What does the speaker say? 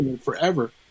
Forever